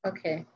Okay